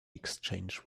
exchange